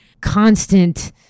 constant